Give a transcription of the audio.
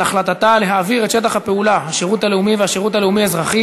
החלטתה להעביר את שטח הפעולה: השירות הלאומי והשירות הלאומי-אזרחי